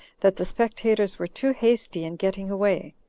that the spectators were too hasty in getting away.